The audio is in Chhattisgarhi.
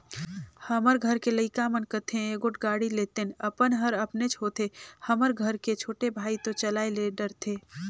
हमर घर के लइका मन कथें एगोट गाड़ी लेतेन अपन हर अपनेच होथे हमर घर के छोटे भाई तो चलाये ले डरथे